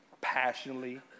passionately